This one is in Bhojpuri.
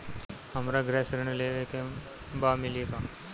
हमरा गृह ऋण लेवे के बा मिली का?